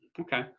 Okay